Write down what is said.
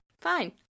Fine